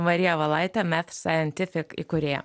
marija valaitė mef sajentifik įkūrėja